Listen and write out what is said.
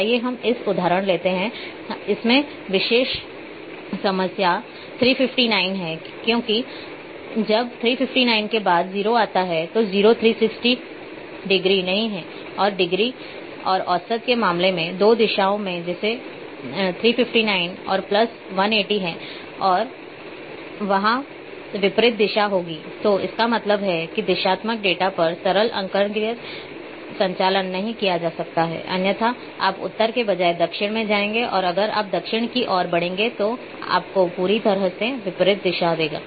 आइए हम इसका उदाहरण लेते हैं इसमें विशेष समस्या 359 है क्योंकि कि जब 359 के बाद 0 आता है तो 0 360 डिग्री नहीं है और डिग्री और औसत के मामले में दो दिशाओं में जैसे 359 और प्लस 180 है और वहाँ विपरीत दिशा होगी तो इसका मतलब है कि दिशात्मक डेटा पर सरल अंकगणितीय संचालन नहीं किया जा सकता है अन्यथा आप उत्तर के बजाय दक्षिण मैं जाएंगे और अगर आप दक्षिण की ओर बढ़ेंगे तो यह आपको पूरी तरह से विपरीत दिशा देगा